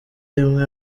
rimwe